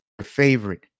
favorite